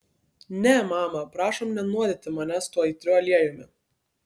ne mama prašom nenuodyti manęs tuo aitriu aliejumi